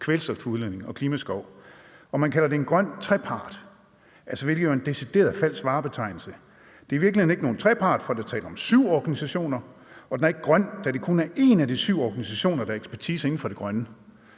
kvælstofudledning og klimaskov. Man kalder det en grøn trepart, hvilket jo er en decideret falsk varebetegnelse. Det er i virkeligheden ikke nogen trepart, for der er tale om syv organisationer, og den er ikke grøn, da det kun er én af de syv organisationer, der har ekspertise inden for det grønne.